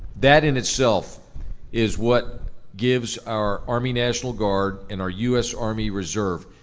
that in itself is what gives our army national guard and our u s. army reserve,